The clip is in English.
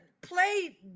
play